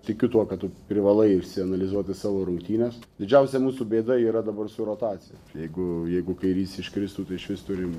tikiu tuo ką tu privalai išsianalizuoti savo rungtynes didžiausia mūsų bėda yra dabar su rotacija jeigu jeigu kairys iškristų tai išvis turim